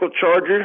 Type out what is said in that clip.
charger